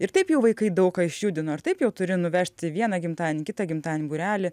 ir taip jau vaikai daug ką išjudino ir taip jau turi nuvežti vieną gimtadienį kitą gimtadienį būrelį